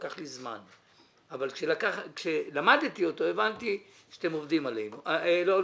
לקח לי זמן אבל כשלמדתי אותו הבנתי שזה לא פיצוי.